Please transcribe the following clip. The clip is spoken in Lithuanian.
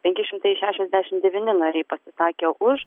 penki šimtai šešiasdešim devyni nariai pasisakė už